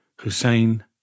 Hussein